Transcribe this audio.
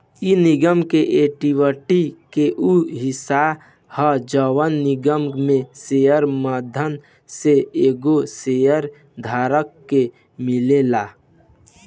इ निगम के एक्विटी के उ हिस्सा ह जवन निगम में शेयर मुद्दा से एगो शेयर धारक के मिलेला